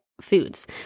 foods